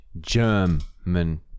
German